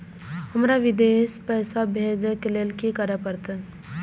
हमरा विदेश पैसा भेज के लेल की करे परते?